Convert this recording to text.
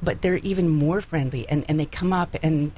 but they're even more friendly and they come up and